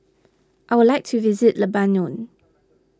I would like to visit Lebanon